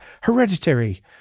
hereditary